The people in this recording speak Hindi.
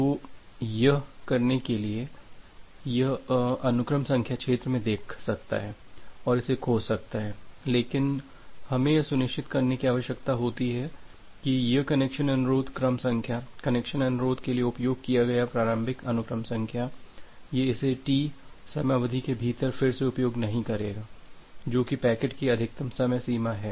तो यह करने के लिए कि यह अनुक्रम संख्या क्षेत्र में देख सकता है और इसे खोज सकता है लेकिन हमें यह सुनिश्चित करने की आवश्यकता होती है कि यह कनेक्शन अनुरोध क्रम संख्या कनेक्शन अनुरोध के लिए उपयोग किया गया प्रारंभिक अनुक्रम संख्या ये इसे टी समय अवधि के भीतर फिर से उपयोग नहीं करेगा जो की पैकेट की अधिकतम समय सीमा है